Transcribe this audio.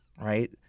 right